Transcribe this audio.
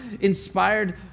inspired